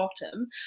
bottom